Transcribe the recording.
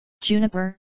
Juniper